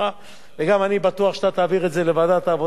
וגם אני בטוח שתעביר את זה לוועדת העבודה והרווחה.